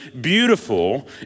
beautiful